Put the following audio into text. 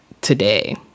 today